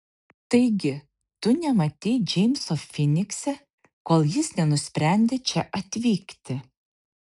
taigi tu nematei džeimso finikse kol jis nenusprendė čia atvykti